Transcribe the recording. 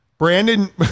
Brandon